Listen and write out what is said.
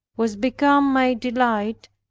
was become my delight,